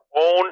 own